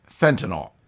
fentanyl